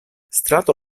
strato